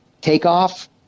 takeoff